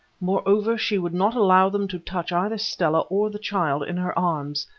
moreover, she would not allow them to touch either stella or the child in her arms.